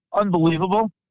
unbelievable